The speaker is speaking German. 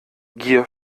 gier